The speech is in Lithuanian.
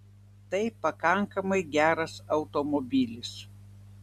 tai pakankamai geras automobilis